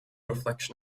reflection